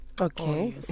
okay